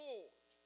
Lord